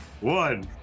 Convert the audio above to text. one